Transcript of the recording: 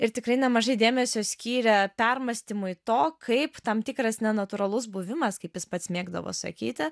ir tikrai nemažai dėmesio skyrė permąstymui to kaip tam tikras nenatūralus buvimas kaip jis pats mėgdavo sakyti